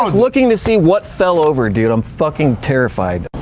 um looking to see what fell over, dude, i'm fucking terrified.